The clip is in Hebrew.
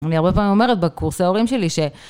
אני הרבה פעמים אומרת בקורס ההורים שלי ש...